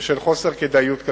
בשל חוסר כדאיות כלכלית.